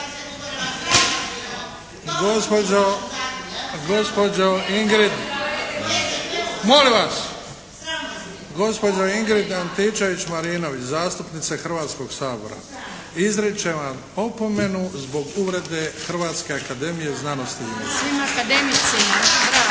Luka (HDZ)** Molim vas! Gospođo Ingrid Antičević Marinović, zastupnice Hrvatskoga sabora, izričem vam opomenu zbog uvrede Hrvatske akademije znanosti i umjetnosti.